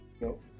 No